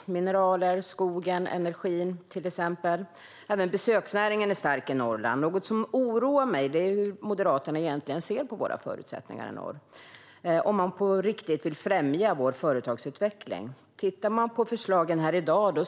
Det handlar till exempel om mineraler, skogen och energin. Även besöksnäringen är stark i Norrland. Något som oroar mig är hur Moderaterna egentligen ser på våra förutsättningar i norr och om man på riktigt vill främja vår företagsutveckling. Man kan titta på förslagen här i dag.